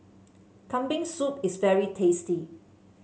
Kambing Soup is very tasty